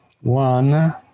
one